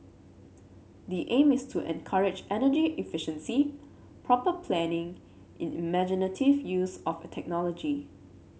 the aim is to encourage energy efficiency proper planning imaginative use of technology